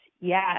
yes